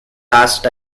last